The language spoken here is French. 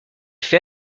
fait